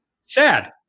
sad